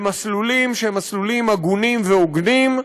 במסלולים שהם מסלולים הגונים והוגנים,